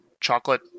chocolate